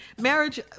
Marriage